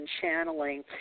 channeling